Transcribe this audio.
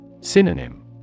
Synonym